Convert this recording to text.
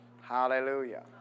Hallelujah